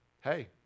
Hey